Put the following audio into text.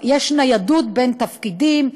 ויש ניידות בין תפקידים,